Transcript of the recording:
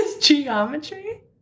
geometry